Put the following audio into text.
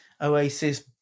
oasis